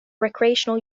recreational